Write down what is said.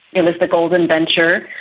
it was the golden venture,